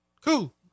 Cool